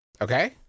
Okay